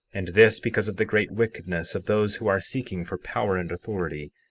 and this because of the great wickedness of those who are seeking for power and authority,